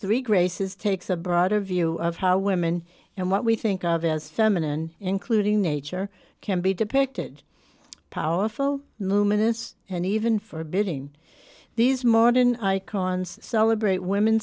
three graces takes a broader view of how women and what we think of as feminine including nature can be depicted powerful luminous and even for building these modern icons celebrate women